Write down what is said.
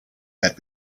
had